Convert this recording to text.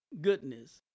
goodness